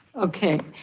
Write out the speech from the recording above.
okay,